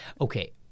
Okay